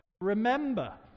Remember